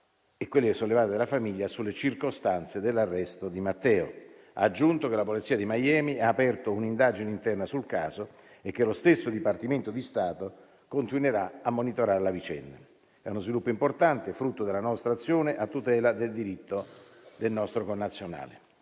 sollevate da noi e dalla famiglia sulle circostanze dell'arresto di Matteo. Ha aggiunto che la polizia di Miami ha aperto un'indagine interna sul caso e che lo stesso Dipartimento di Stato continuerà a monitorare la vicenda. È uno sviluppo importante, frutto della nostra azione a tutela del diritto del nostro connazionale.